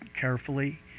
carefully